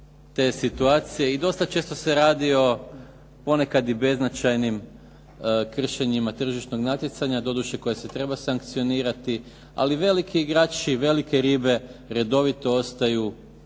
i dosta često se radi o ponekad i bezznačajnim kršenjima tržišnog natjecanja, doduše koje se treba sankcionirati, ali veliki igrači, velike ribe redovito ostaju ono